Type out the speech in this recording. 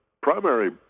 primary